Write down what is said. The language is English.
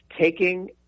taking